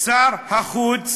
שר החוץ